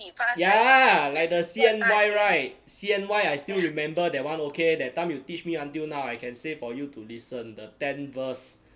ya like the C_N_Y [right] C_N_Y I still remember that one okay that time you teach me until now I can say for you to listen the ten verse